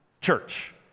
church